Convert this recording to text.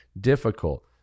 difficult